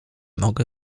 mogę